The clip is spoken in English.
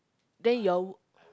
then your